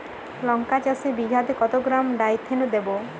লঙ্কা চাষে বিঘাতে কত গ্রাম ডাইথেন দেবো?